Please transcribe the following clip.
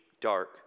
dark